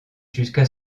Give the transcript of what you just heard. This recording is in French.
jusqu’à